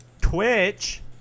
Twitch